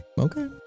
Okay